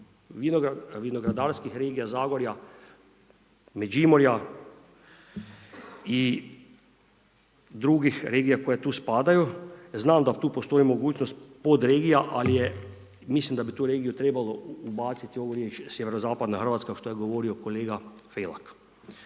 vinogradarskih regija zagorja, Međimurja i drugih regija koje tu spadaju. Znam da tu postoji mogućnost pod regija, ali mislim da bi tu regiju trebalo ubaciti u ovu riječ SZ Hrvatska, što je govorio kolega Felak.